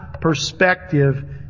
perspective